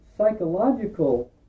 psychological